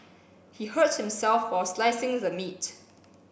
he hurt himself while slicing the meat